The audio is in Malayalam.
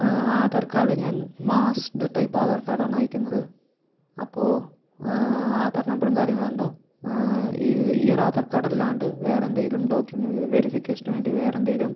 ആധാർ കാർഡ് ഞാൻ മാസ്ക്ഡ് ടൈപ്പ് ആധാർ കാർഡ് ആണ് അയക്കുന്നത് അപ്പോള് ആധാർ നമ്പറും കാര്യങ്ങളും ഉണ്ടാവും ഈ ഒരു ആധാർ കാർഡ് അല്ലാണ്ട് വേറെ എന്തെങ്കിലും ഡോക്യുമെൻ്റ് വെരിഫിക്കേഷന് വേണ്ടി വേറെ എന്തെലും